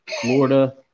Florida